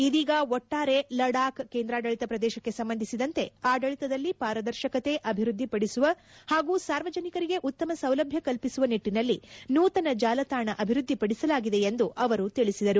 ಇದೀಗ ಒಟ್ಟಾರೆ ಲಡಾಕ್ ಕೇಂದ್ರಾಡಳಿತ ಪ್ರದೇಶಕ್ಕೆ ಸಂಬಂಧಿಸಿದಂತೆ ಆಡಳಿತದಲ್ಲಿ ಪಾರದರ್ಶಕತೆ ಅಭಿವೃದ್ದಿ ಪಡಿಸುವ ಹಾಗೂ ಸಾರ್ವಜನಿಕರಿಗೆ ಉತ್ತಮ ಸೌಲಭ್ಯ ಕಲ್ಪಿಸುವ ನಿಟ್ಟನಲ್ಲಿ ನೂತನ ಜಾಲತಾಣ ಅಭಿವೃದ್ಧಿಪಡಿಸಲಾಗಿದೆ ಎಂದು ಅವರು ತಿಳಿಸಿದರು